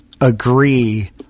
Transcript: agree